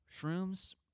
Shrooms